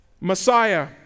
Messiah